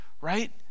right